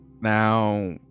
Now